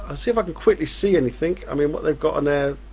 ah see if i can quickly see anything, i mean what they've got on there.